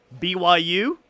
BYU